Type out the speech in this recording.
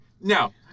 No